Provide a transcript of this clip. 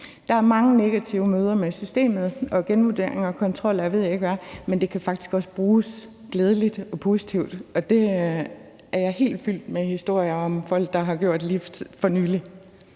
Der er mange negative møder med systemet og genvurderinger og kontrol, og jeg ved ikke hvad, men det kan faktisk også bruges glædeligt og positivt, og der er jeg helt fyldt med historier om folk, der har gjort det lige